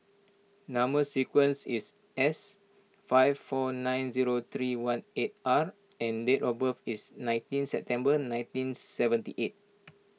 Number Sequence is S five four nine zero three one eight R and date of birth is nineteen September nineteen seventy eight